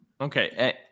Okay